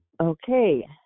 okay